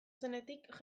zenetik